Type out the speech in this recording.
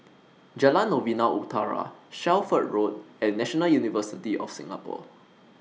Jalan Novena Utara Shelford Road and National University of Singapore